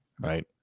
right